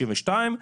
62,